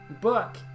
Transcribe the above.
book